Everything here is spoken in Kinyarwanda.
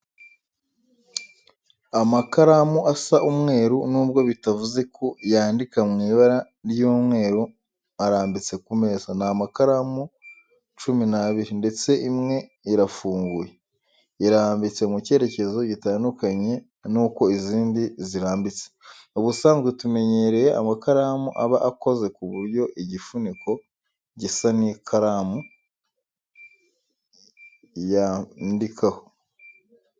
Amakaramu asa umweru nubwo bitavuze ko yandika mu ibara ry'umweru arambitse ku meza, ni amakaramu cumi n'abiri ndetse imwe irafunguye, irambitse mu cyerekezo gitandukanye n'uko izindi zirbitse. Ubusanzwe tumenyereye amakaramu aba akoze ku buryo igifuniko gisa n'ibara ikaramu yanfikamo.